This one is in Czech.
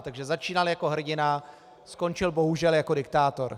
Takže začínal jako hrdina, skončil bohužel jako diktátor.